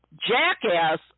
Jackass